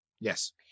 Yes